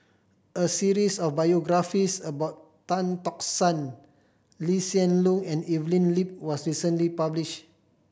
a series of biographies about Tan Tock San Lee Hsien Loong and Evelyn Lip was recently published